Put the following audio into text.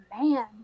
man